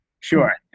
Sure